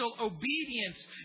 obedience